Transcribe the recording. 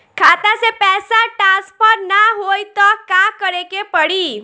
खाता से पैसा टॉसफर ना होई त का करे के पड़ी?